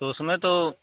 तो उसमें तो